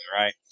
right